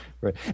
Right